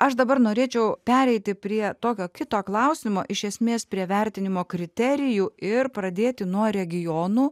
aš dabar norėčiau pereiti prie tokio kito klausimo iš esmės prie vertinimo kriterijų ir pradėti nuo regionų